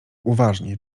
uważnie